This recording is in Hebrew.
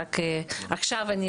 אני רואה אותו רק עכשיו לראשונה.